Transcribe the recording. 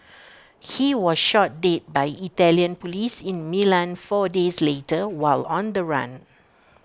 he was shot dead by Italian Police in Milan four days later while on the run